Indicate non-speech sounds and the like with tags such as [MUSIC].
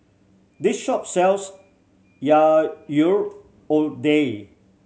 this shop sells [UNINTELLIGIBLE] lodeh